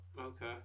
Okay